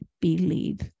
believe